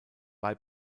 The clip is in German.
bei